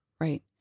Right